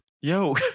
Yo